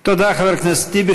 תודה, חבר הכנסת טיבי.